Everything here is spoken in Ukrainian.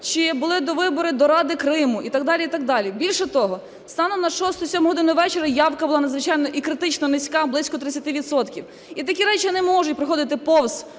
чи були довибори до ради Криму і так далі, і так далі. Більше того, станом на 6-7 годину вечора явка була надзвичайна і критично низька, близько 30 відсотків. І такі речі не можуть проходити повз